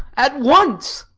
at once.